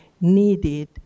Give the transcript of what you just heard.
needed